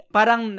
Parang